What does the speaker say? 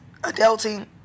adulting